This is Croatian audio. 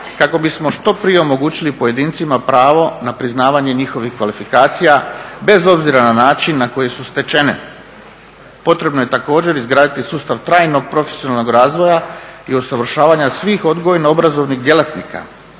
kako bismo što prije omogućili pojedincima pravo na priznavanje njihovih kvalifikacija, bez obzira na način na koji su stečene. Potrebno je također izgraditi sustav trajnog profesionalnog razvoja i usavršavanja svih odgojno-obrazovnih djelatnika.